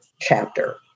chapter